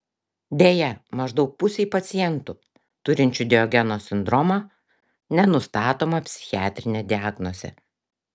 deja maždaug pusei pacientų turinčių diogeno sindromą nenustatoma psichiatrinė diagnozė